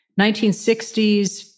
1960s